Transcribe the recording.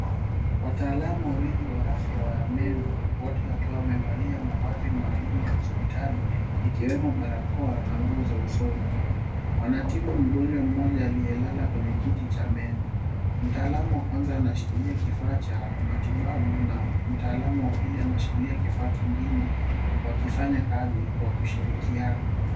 Wataalamu wawili wa afya wa meno wote wakiwa wamevalia mavazi maalum ya hospitali ikiwemo barakoa na nguo za usoni. Wanatibu mgonjwa mmoja aliyelala kwenye kiti cha meno. Mtaalamu wa kwanza anashikilia kifaa cha matibabu na mtaalamu wa pili anashikilia kifaa kingine wakifanya kazi kwa kushirikiana.